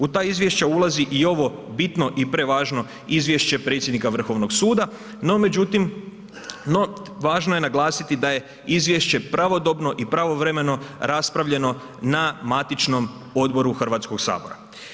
U ta izvješća ulazi i ovo bitno i prevažno izvješće predsjednika Vrhovnog suda, no međutim važno je naglasiti da je izvješće pravodobno i pravovremeno raspravljeno na matičnom odboru Hrvatskog sabora.